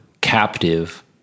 captive